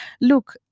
Look